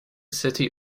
city